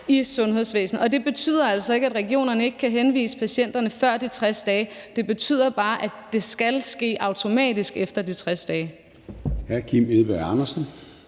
et sundhedsvæsen. Og det betyder altså ikke, at regionerne ikke kan henvise patienterne før de 60 dage. Det betyder bare, at det skal ske automatisk efter de 60 dage.